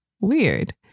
Weird